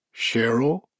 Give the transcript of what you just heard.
Cheryl